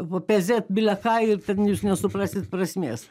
papezėt bile ką ir ten jūs nesuprasit prasmės